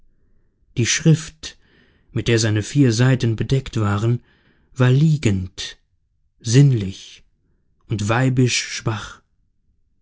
die schrift mit der seine vier seiten bedeckt waren war liegend sinnlich und weibisch schwach